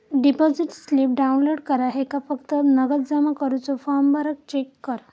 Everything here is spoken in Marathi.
डिपॉसिट स्लिप डाउनलोड कर ह्येका फक्त नगद जमा करुचो फॉर्म भरान चेक कर